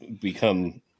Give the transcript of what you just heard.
become